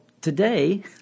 today